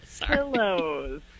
Pillows